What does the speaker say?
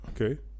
Okay